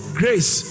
grace